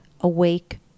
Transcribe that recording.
awake